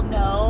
no